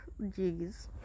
jeez